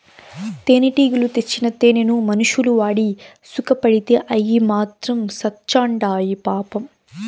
తేనెటీగలు తెచ్చిన తేనెను మనుషులు వాడి సుకపడితే అయ్యి మాత్రం సత్చాండాయి పాపం